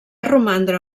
romandre